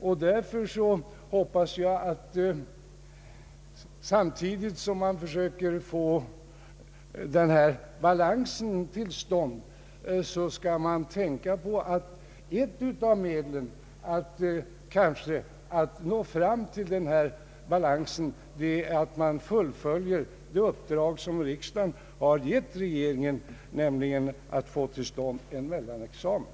Därför hoppas jag att man samtidigt som man försöker uppnå denna balans också tänker på att ett av medlen för att uppnå balans är att man fullföljer det uppdrag riksdagen har gett regeringen, nämligen att få till stånd en mellanexamen.